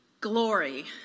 Glory